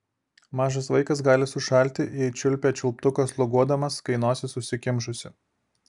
mažas vaikas gali sušalti jei čiulpia čiulptuką sloguodamas kai nosis užsikimšusi